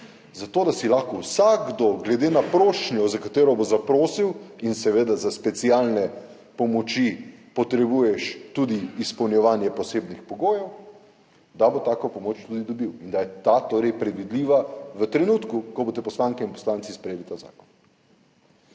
zato da lahko vsakdo, glede na prošnjo, za katero bo zaprosil, in seveda za specialne pomoči potrebuješ tudi izpolnjevanje posebnih pogojev, tudi dobi tako pomoč in da je ta torej predvidljiva, v trenutku, ko boste poslanke in poslanci sprejeli ta zakon.